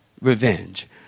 revenge